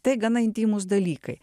tai gana intymūs dalykai